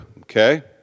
okay